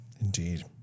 Indeed